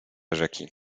rzeki